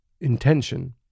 intention